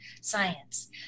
science